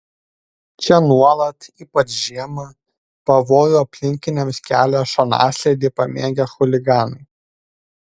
čia nuolat ypač žiemą pavojų aplinkiniams kelia šonaslydį pamėgę chuliganai